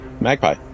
Magpie